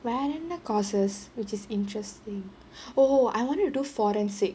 வேற என்ன:vera enna courses which is interesting oh I wanted to do forensic